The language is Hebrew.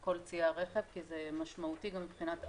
כל ציי הרכב כי זה משמעותי גם מבחינת עלות.